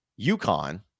UConn